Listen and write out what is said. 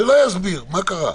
שלא יסביר, מה קרה?